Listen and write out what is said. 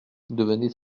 devenait